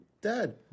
dad